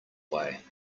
way